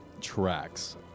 tracks